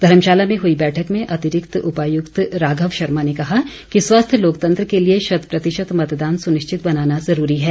धर्मशाला में हुई बैठक में अतिरिक्त उपायुक्त राघव शर्मा ने कहा कि स्वस्थ लोकतंत्र के लिए शत प्रतिशत मतदान सुनिश्चित बनाना जरूरी है